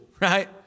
right